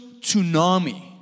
tsunami